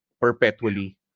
perpetually